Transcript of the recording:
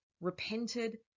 Repented